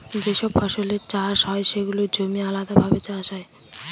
যে সব ফসলের চাষ হয় সেগুলোর জমি আলাদাভাবে চাষ হয়